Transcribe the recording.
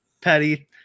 Petty –